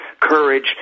Courage